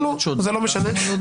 זה לא משנה.